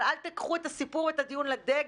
אבל אל תיקחו את הסיפור, את הדיון לדגל.